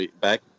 Back